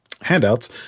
handouts